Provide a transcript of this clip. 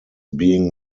being